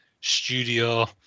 studio